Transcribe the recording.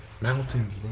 mountains